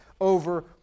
over